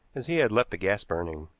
as he had left the gas burning,